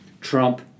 Trump